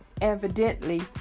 evidently